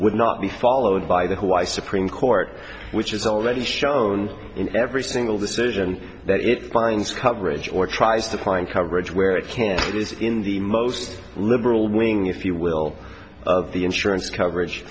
would not be followed by the why supreme court which has already shown in every single decision that it finds coverage or tries to find coverage where it can it is in the most liberal wing if you will of the insurance coverage